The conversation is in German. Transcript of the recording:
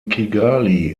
kigali